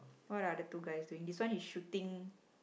what are the two guys doing this one is shooting